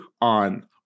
on